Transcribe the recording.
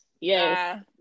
Yes